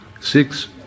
Six